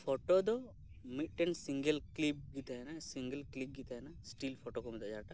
photo ᱫᱚ ᱢᱤᱫᱴᱮᱱ single clip ᱜᱮ ᱛᱟᱦᱮᱱᱟ ᱥᱤᱝᱜᱮᱞ ᱠᱞᱤᱯ ᱜᱮ ᱛᱟᱦᱮᱱᱟ ᱥᱴᱤᱞ ᱯᱷᱳᱴᱳ ᱠᱚ ᱢᱮᱛᱟᱜᱼᱟ ᱡᱟᱦᱟᱸᱴᱟᱜ